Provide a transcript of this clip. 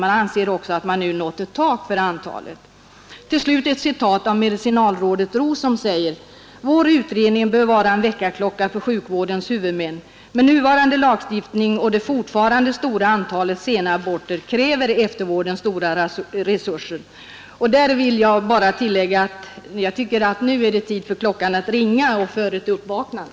Man anser också att vi nu nått ett tak för antalet aborter. Till sist ett citat av medicinalrådet Roos som säger: ”Vår utredning bör vara en väckarklocka för sjukvårdens huvudmän. Med nuvarande lagstiftning och det fortfarande stora antalet sena aborter, kräver eftervården stora resurser.” Jag vill bara tillägga att det nu är tid för klockan att ringa, tid för ett uppvaknande.